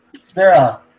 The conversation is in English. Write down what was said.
Sarah